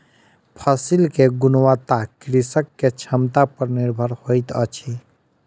फसिल के गुणवत्ता कृषक के क्षमता पर निर्भर होइत अछि